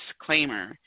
disclaimer